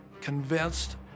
convinced